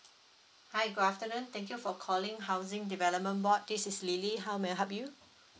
hi good afternoon thank you for calling housing development board this is lily how may I help you